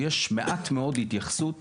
יש מעט מאוד התייחסות